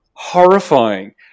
horrifying